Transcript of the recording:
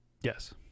Yes